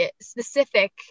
specific